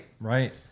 right